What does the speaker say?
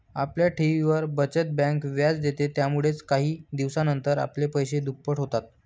आपल्या ठेवींवर, बचत बँक व्याज देते, यामुळेच काही दिवसानंतर आपले पैसे दुप्पट होतात